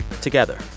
together